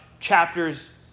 Chapters